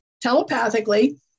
telepathically